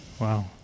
Wow